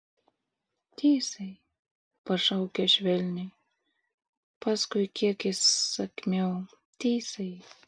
tysai pašaukė švelniai paskui kiek įsakmiau tysai